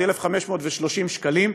היא 1,530 שקלים.